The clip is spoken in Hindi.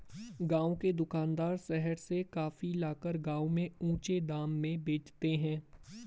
गांव के दुकानदार शहर से कॉफी लाकर गांव में ऊंचे दाम में बेचते हैं